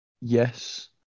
Yes